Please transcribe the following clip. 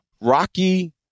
Rocky